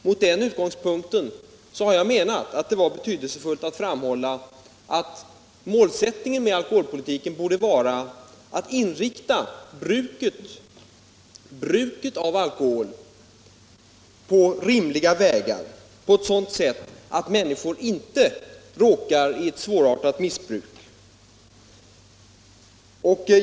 Mot den bakgrunden menar jag att det är betydelsefullt att framhålla att målet för alkoholpolitiken borde vara att föra in alkoholbruket på rimliga vägar på ett sådant sätt att människor inte råkar in i svårartat missbruk.